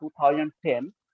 2010